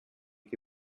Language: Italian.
che